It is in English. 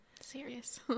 Serious